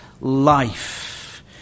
life